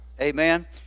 Amen